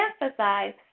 emphasize